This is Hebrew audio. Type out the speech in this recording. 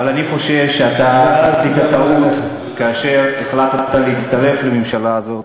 אבל אני חושב שאתה עשית טעות כאשר החלטת להצטרף לממשלה הזאת,